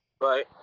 right